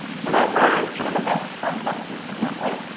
so those were kind of the best concepts we came up with.